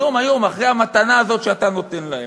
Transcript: היום, היום, אחרי המתנה שאתה נותן להם.